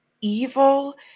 evil